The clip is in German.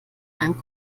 einem